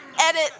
edit